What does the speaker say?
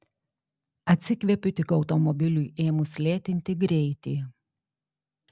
atsikvepiu tik automobiliui ėmus lėtinti greitį